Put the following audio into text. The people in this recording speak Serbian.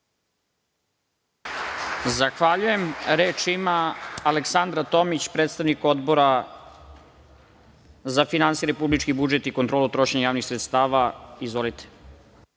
Zahvaljujem. Reč ima Aleksandra Tomić, predsednik Odbora za finansije, republički budžet i kontrolu trošenja javnih sredstava. Izvolite.